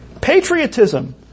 Patriotism